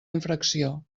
infracció